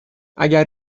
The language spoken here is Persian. اگر